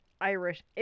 Irish